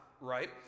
right